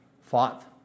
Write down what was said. fought